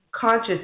Conscious